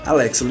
Alex